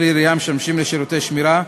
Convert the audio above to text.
18) (כלי ירייה המשמשים לשירותי שמירה),